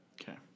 okay